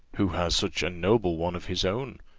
who has such a noble one of his own.